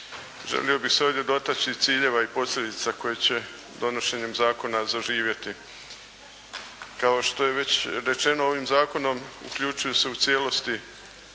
Želio bih se ovdje dotaći ciljeva i posljedica koje će donošenjem zakona zaživjeti. Kao što je već rečeno ovim zakonom, uključuju se u cijelosti